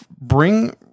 bring